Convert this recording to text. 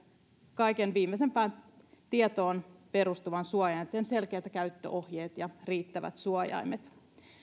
kaiken viimeisimpään tietoon perustuvan suojan selkeät käyttöohjeet ja riittävät suojaimet